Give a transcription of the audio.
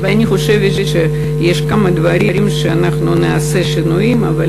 אני חושבת שאנחנו נעשה שינויים בכמה דברים,